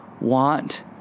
want